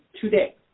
today